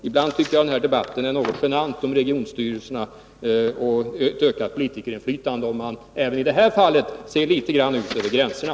Ibland tycker jag att debatten om regionstyrelserna och ett ökat politikerinflytande är något genant, om man även här ser litet grand ut över gränserna.